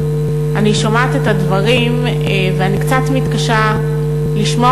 אני שומעת את הדברים ואני קצת מתקשה לשמוע